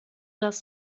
das